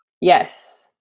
Yes